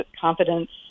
confidence